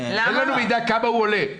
אין לנו מידע כמה הוא עולה.